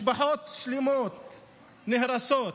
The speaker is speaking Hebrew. משפחות שלמות נהרסות,